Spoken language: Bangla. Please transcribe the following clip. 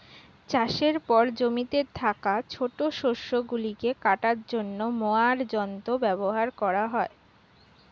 চাষের পর জমিতে থাকা ছোট শস্য গুলিকে কাটার জন্য মোয়ার যন্ত্র ব্যবহার করা হয়